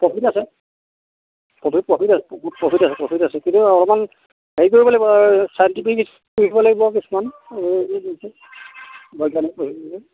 profit আছে profit profit আছে profit আছে প্ৰফিট আছে কিন্তু অলপমান হেৰি কৰিব লাগিব চাইণ্টিফিক শিকিব লাগিব কিছুমান এই বৈজ্ঞানিক পদ্ধতি